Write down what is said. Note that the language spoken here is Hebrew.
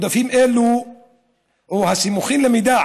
הסימוכין למידע